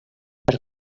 per